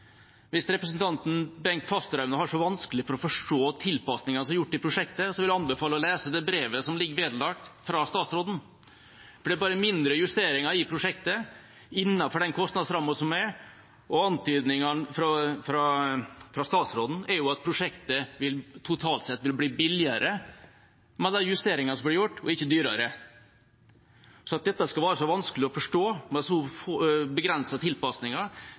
Hvis representanten Bengt Fasteraune har så vanskelig for å forstå tilpasningene som er gjort i prosjektet, vil jeg anbefale ham å lese det brevet som ligger vedlagt fra statsråden, for det er bare mindre justeringer i prosjektet innenfor kostnadsrammen. Og antydningen fra statsråden er at prosjektet totalt sett vil bli billigere med de justeringene som er gjort – ikke dyrere. At dette skal være så vanskelig å forstå med så begrensede tilpasninger,